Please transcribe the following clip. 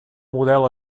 model